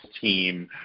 team